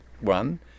one